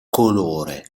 colore